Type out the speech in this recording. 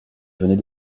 venait